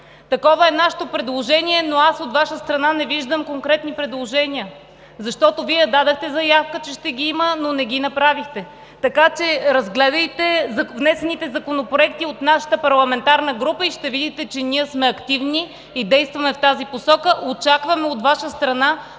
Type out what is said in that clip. Такова е нашето предложение, но от Ваша страна не виждам конкретни предложения, защото Вие дадохте заявка, че ще ги има, но не ги направихте. Разгледайте внесените законопроекти от нашата парламентарна група и ще видите, че ние сме активни и действаме в тази посока. От Ваша страна